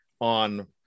on